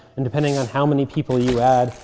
and depending on how many people you add,